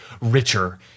richer